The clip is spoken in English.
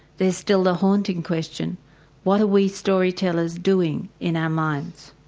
there's still the haunting question what are we storytellers doing in our minds?